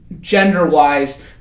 gender-wise